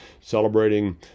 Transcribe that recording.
celebrating